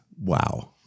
Wow